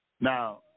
Now